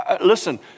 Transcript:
listen